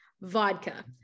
Vodka